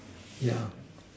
yeah